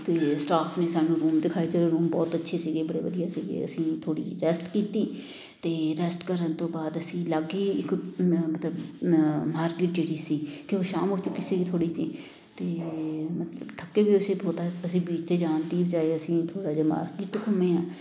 ਅਤੇ ਸਟਾਫ ਨੇ ਸਾਨੂੰ ਰੂਮ ਦਿਖਾਏ ਚਲੋ ਰੂਮ ਬਹੁਤ ਅੱਛੇ ਸੀਗੇ ਬੜੇ ਵਧੀਆ ਸੀਗੇ ਅਸੀਂ ਥੋੜ੍ਹੀ ਰੈਸਟ ਕੀਤੀ ਅਤੇ ਰੈਸਟ ਕਰਨ ਤੋਂ ਬਾਅਦ ਅਸੀਂ ਲਾਗੇ ਇੱਕ ਮ ਮਤਲਬ ਮ ਮਾਰਕੀਟ ਜਿਹੜੀ ਸੀ ਕਿ ਉਹ ਸ਼ਾਮ ਹੋ ਕੇ ਤੁਸੀਂ ਥੋੜ੍ਹੀ ਤੀ ਮਤੇ ਮਤਲਬ ਥੱਕੇ ਵੀ ਹੋਏ ਸੀ ਬਹੁਤਾ ਅਸੀਂ ਬੀਚ 'ਤੇ ਜਾਣ ਦੀ ਬਜਾਏ ਅਸੀਂ ਥੋੜ੍ਹਾ ਜਿਹਾ ਮਾਰਕੀਟ ਘੁੰਮੇ ਹਾਂ